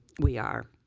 we are,